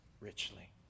Richly